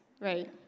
right